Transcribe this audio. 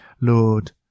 Lord